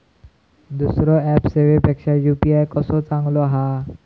दुसरो ऍप सेवेपेक्षा यू.पी.आय कसो चांगलो हा?